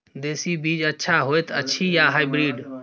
देसी बीज अच्छा होयत अछि या हाइब्रिड?